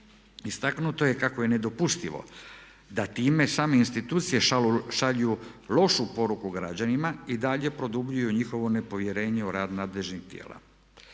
Istaknuto je kako je nedopustivo da time same institucije šalju lošu poruku građanima i dalje produbljuju njihovo nepovjerenje u rad nadležnih tijela.